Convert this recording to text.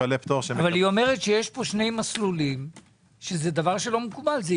היא אומרת שיש פה שני מסלולים שזה לא מקובל.